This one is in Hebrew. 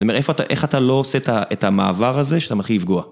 זאת אומרת, איך אתה לא עושה את המעבר הזה שאתה מתחיל לפגוע?